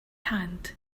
hand